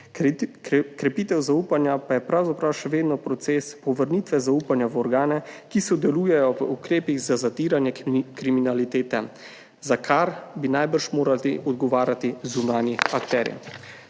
Krepitev zaupanja pa je pravzaprav še vedno proces povrnitve zaupanja v organe, ki sodelujejo v ukrepih za zatiranje kriminalitete, za kar bi najbrž morali odgovarjati zunanji akterji.